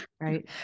Right